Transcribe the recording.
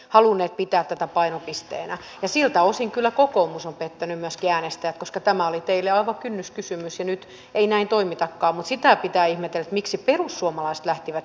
halunneet pitää tätä painopisteenä ja siltä osin kyllä kokoomus opettelin myös järjestää koska tämä oli teille on kynnyskysymys se nyt ei näin toimita kauhut sitä pitää ihmetellä miksi perussuomalaiset lähtivät